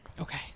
Okay